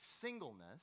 singleness